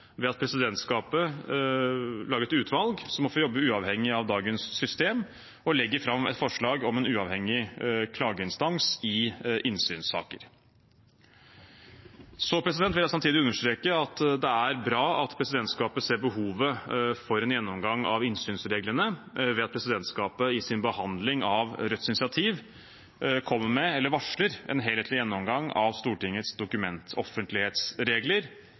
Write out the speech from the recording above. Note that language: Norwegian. ved at presidentskapet lager et utvalg som må få jobbe uavhengig av dagens system, og som legger fram et forslag om en uavhengig klageinstans i innsynssaker. Samtidig vil jeg understreke at det er bra at presidentskapet ser behovet for en gjennomgang av innsynsreglene ved at presidentskapet i sin behandling av Rødts initiativ kommer med – eller varsler – en helthetlig gjennomgang av Stortingets